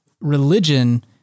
religion